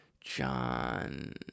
John